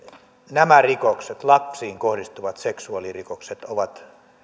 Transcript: nämä lapsiin kohdistuvat seksuaalirikokset ovat